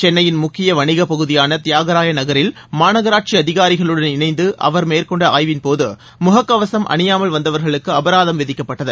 சென்னையின் முக்கிய வணிகப்பகுதியான தியாகராய நகரில் மாநகராட்சி அதிகாரிகளுடன் இணைந்து அவர் மேற்கொண்ட ஆய்வின்போது முகக்கவசம் அணியாமல் வந்தவர்களுக்கு அபராதம் விதிக்கப்பட்டது